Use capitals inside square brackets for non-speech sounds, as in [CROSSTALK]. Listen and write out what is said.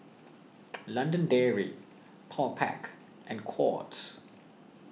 [NOISE] London Dairy Powerpac and Courts